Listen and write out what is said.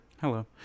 Hello